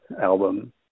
album